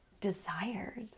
desired